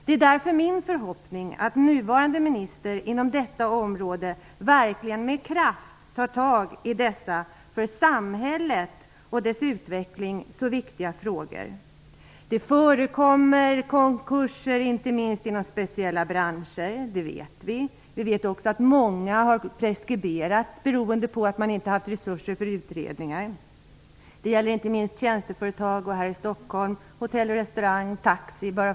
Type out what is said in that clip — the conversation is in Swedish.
Det är därför min förhoppning att den nuvarande ministern inom detta område verkligen med kraft tar tag i dessa för samhället och dess utveckling så viktiga frågor. Det förekommer inte minst konkurser inom vissa speciella branscher. Det vet vi. Vi vet också att många fall har preskriberats, beroende på att det inte har funnits resurser för utredningar. Det gäller inte minst tjänsteföretag och, särskilt här i Stockholm, hotell-, restaurang och taxinäringen.